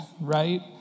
right